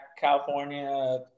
california